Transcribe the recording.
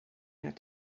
that